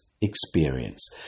experience